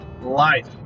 Life